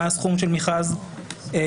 מה הסכום של מכרז סגור,